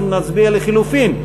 אנחנו נצביע לחלופין.